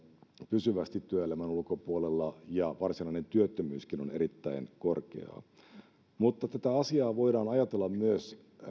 pysyvästi työelämän ulkopuolella ja varsinainenkin työttömyyskin on erittäin korkeaa tätä asiaa voidaan ajatella myös